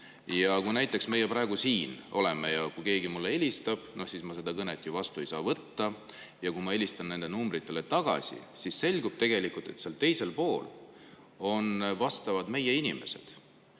Ja kui näiteks praegu, kui me siin oleme, keegi mulle helistab, siis ma seda kõnet ju vastu ei saa võtta, aga kui ma helistan nendele numbritele tagasi, siis selgub, et seal teisel pool vastavad meie inimesed,